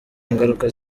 ingaruka